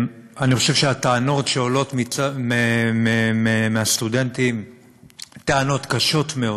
אני חושב שהטענות שעולות מהסטודנטים הן טענות קשות מאוד,